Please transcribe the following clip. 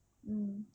mm